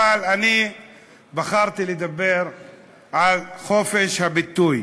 אבל אני בחרתי לדבר על חופש הביטוי.